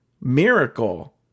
miracle